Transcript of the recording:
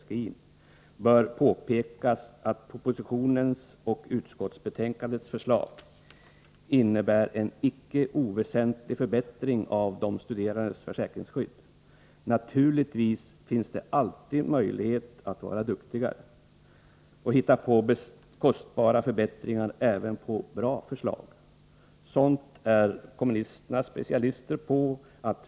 Här bör påpekas att propositionens och utskottsbetänkandets förslag innebär en icke oväsentlig förbättring av de studerandes försäkringsskydd. Naturligtvis finns det alltid möjlighet att försöka vara ”duktigare” och att hitta på kostnadskrävande förbättringar även av bra förslag. Sådant är kommunisterna specialister på.